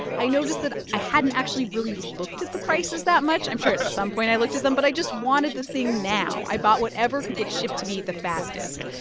i noticed that i hadn't actually really looked at the prices that much. i'm sure at some point i looked at them, but i just wanted the thing now. i bought whatever could get shipped to me the fastest,